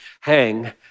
hang